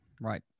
right